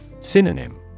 Synonym